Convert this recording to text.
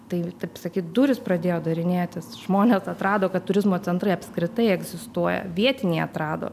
tai taip sakyt durys pradėjo darinėtis žmonės atrado kad turizmo centrai apskritai egzistuoja vietiniai atrado